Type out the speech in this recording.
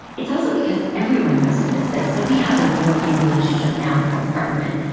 it's also because everyone knows what this is. so we have a working relationship now with our government.